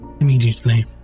immediately